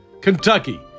Kentucky